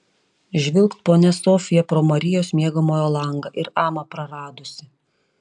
žvilgt ponia sofija pro marijos miegamojo langą ir amą praradusi